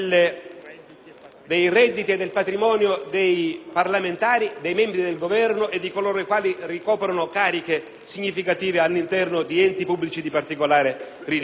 dei redditi e del patrimonio dei parlamentari, dei membri del Governo e di coloro i quali ricoprono cariche significative all'interno di enti pubblici di particolare rilievo.